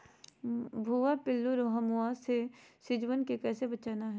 भुवा पिल्लु, रोमहवा से सिजुवन के कैसे बचाना है?